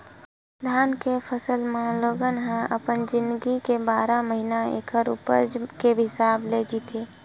धान के फसल म लोगन ह अपन जिनगी के बारह महिना ऐखर उपज के हिसाब ले जीथे